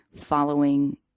following